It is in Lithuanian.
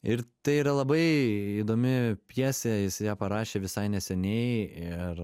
ir tai yra labai įdomi pjesė jis ją parašė visai neseniai ir